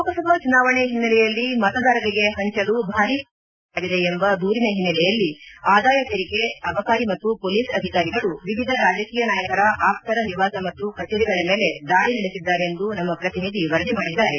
ಲೋಕಸಭಾ ಚುನಾವಣೆ ಹಿನೈಲೆಯಲ್ಲಿ ಮತದಾರರಿಗೆ ಹಂಚಲು ಭಾರೀ ಪ್ರಮಾಣದ ಹಣ ಸಂಗ್ರಹಿಸಲಾಗಿದೆ ಎಂಬ ದೂರಿನ ಹಿನ್ನೆಲೆಯಲ್ಲಿ ಆದಾಯ ತೆರಿಗೆ ಅಬಕಾರಿ ಮತ್ತು ಪೊಲೀಸ್ ಅಧಿಕಾರಿಗಳು ವಿವಿಧ ರಾಜಕೀಯ ನಾಯಕರ ಆಪ್ತರ ನಿವಾಸ ಮತ್ತು ಕಚೇರಿಗಳ ಮೇಲೆ ದಾಳಿ ನಡೆಸಿದ್ದಾರೆಂದು ನಮ್ಮ ಪ್ರತಿನಿಧಿ ವರದಿ ಮಾಡಿದ್ದಾರೆ